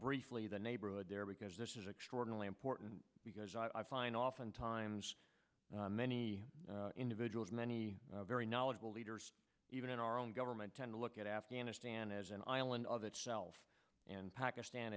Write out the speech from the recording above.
briefly the neighborhood there because this is extraordinary important because i find oftentimes many as many very knowledgeable leaders even in our own government tend to look at afghanistan as an island of itself and pakistan